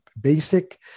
basic